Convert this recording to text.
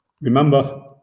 Remember